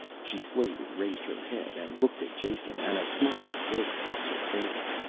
she slowly raised her head and looked at jason and a smile broke across her face.